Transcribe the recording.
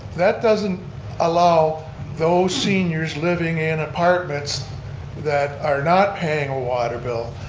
that doesn't allow those seniors living in apartments that are not paying a water bill,